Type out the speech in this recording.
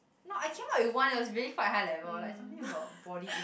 no I came up with one it was really quite high level like something about poly